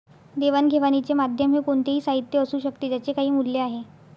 देवाणघेवाणीचे माध्यम हे कोणतेही साहित्य असू शकते ज्याचे काही मूल्य आहे